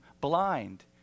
blind